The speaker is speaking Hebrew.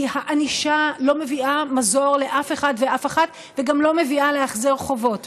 כי הענישה לא מביאה מזור לאף אחד ולאף אחת וגם לא מביאה להחזר חובות.